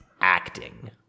acting